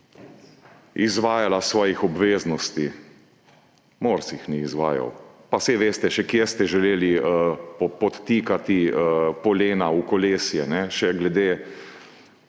izvajala svojih obveznosti, Mors jih ni izvajal. Pa saj veste, kje ste še želeli podtikati polena v kolesje, še glede